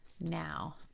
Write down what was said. now